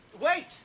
Wait